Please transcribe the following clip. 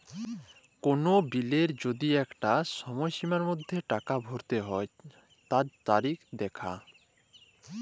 কোল বিলের যদি আঁকটা সময়সীমার মধ্যে টাকা ভরতে হচ্যে তার তারিখ দ্যাখা